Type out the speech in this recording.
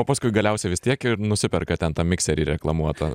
o paskui galiausia vis tiek ir nusiperka ten tą mikserį reklamuotą